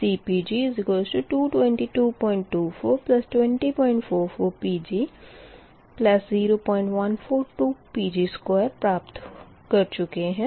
CPg222242044 Pg0142 Pg2 प्राप्त कर चुके है